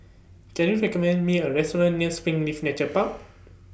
Can YOU recommend Me A Restaurant near Springleaf Nature Park